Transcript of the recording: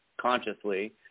consciously